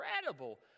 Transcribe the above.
incredible